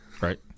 Right